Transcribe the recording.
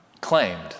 claimed